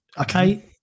okay